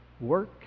work